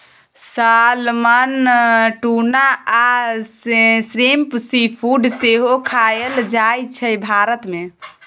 salmon, tuna आ shrimp seafood सेहो खाएल जाइ छै भारत मे